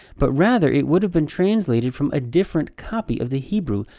but rather, it would have been translated from a different copy of the hebrew,